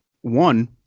one